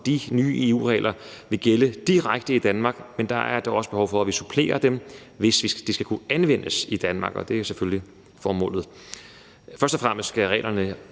de nye EU-regler vil gælde direkte i Danmark. Men der er altså også behov for, at vi supplerer dem, hvis de skal kunne anvendes i Danmark, og det er selvfølgelig formålet. Først og fremmest skal reglerne